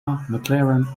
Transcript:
mclaren